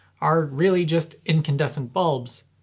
are really just incandescent bulbs!